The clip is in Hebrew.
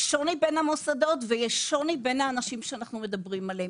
יש שוני בין המוסדות ויש שוני בין האנשים שאנחנו מדברים עליהם.